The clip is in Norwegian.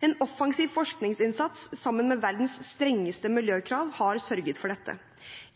En offensiv forskningsinnsats sammen med verdens strengeste miljøkrav har sørget for det.